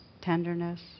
tenderness